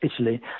Italy